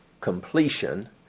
completion